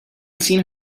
seen